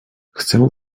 chcę